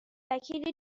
وکیل